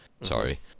sorry